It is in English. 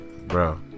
bro